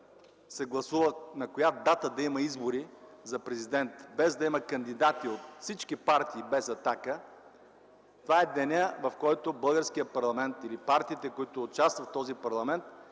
се гласува на коя дата да има избори за президент, без да има кандидати от всички партии, без „Атака”, това е денят, в който българският парламент или партиите, които участват в този парламент,